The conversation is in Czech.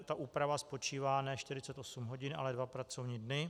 Ta úprava spočívá ne 48 hodin, ale dva pracovní dny.